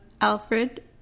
Alfred